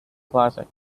classic